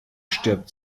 stirbt